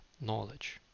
knowledge